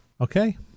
Okay